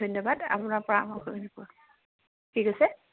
ধন্যবাদ আপোনাৰ পৰামৰ্শখিনি পোৱা কি কৈছে